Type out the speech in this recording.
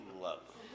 love